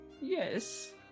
Yes